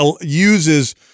uses